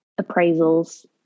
appraisals